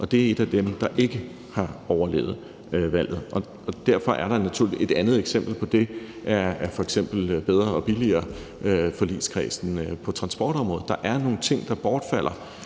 Og det er et af dem, der ikke har overlevet valget. Et andet eksempel på det er f.eks. »Bedre og billigere«-forligskredsen på transportområdet. Der er nogle ting, der bortfalder,